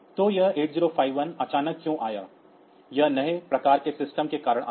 तो यह 8051 अचानक क्यों आया यह नए प्रकार के सिस्टमों के कारण आया है